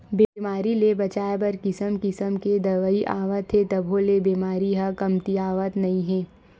बेमारी ले बचाए बर किसम किसम के दवई आवत हे तभो ले बेमारी ह कमतीयावतन नइ हे